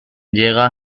llega